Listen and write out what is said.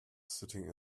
sitting